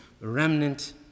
remnant